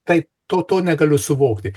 tai to to negaliu suvokti